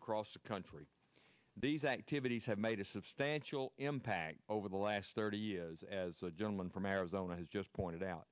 across the country these activities have made a substantial impact over the last thirty years as a gentleman from arizona has just pointed out